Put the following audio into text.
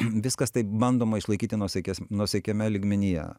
viskas taip bandoma išlaikyti nuosaikias nuosaikiame lygmenyje